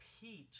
Peach